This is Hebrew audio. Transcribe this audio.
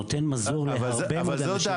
שנותן מזור להרבה מאוד אנשים.